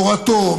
תורתו,